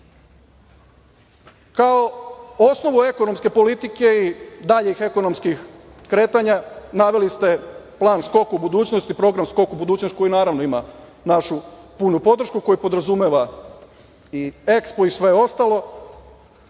osnovu ekonomske politike i daljih ekonomskih kretanja naveli ste plan i program „Skok u budućnost“ koji naravno ima našu punu podršku koji podrazumeva i EKSPO i sve ostalo.